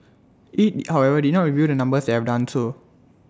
IT however did not reveal the numbers that have done to